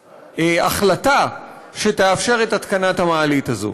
ההחלטה שתאפשר את התקנת המעלית הזאת.